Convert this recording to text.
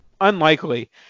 unlikely